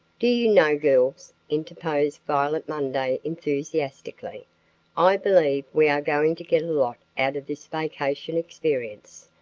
do you know, girls, interposed violet munday enthusiastically i believe we are going to get a lot out of this vacation experience,